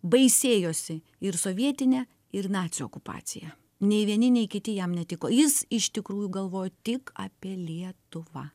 baisėjosi ir sovietine ir nacių okupacija nei vieni nei kiti jam netiko jis iš tikrųjų galvojo tik apie lietuvą